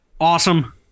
awesome